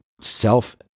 self